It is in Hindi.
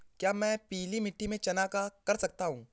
क्या मैं पीली मिट्टी में चना कर सकता हूँ?